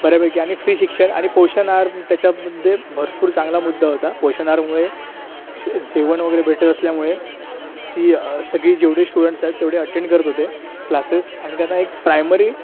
बऱ्यापैकी आणि फ्री शिक्षण आणि पोषण आहार त्याच्यामध्ये भरपूर चांगला मुद्दा होता पोषण आहारामुळे शे जेवण वगैरे भेटत असल्यामुळे ती सगळी जेवढे स्टुडंट्स आहेत तेवढे अटेंड करत होते क्लासेस आणि त्यांना एक प्रायमरी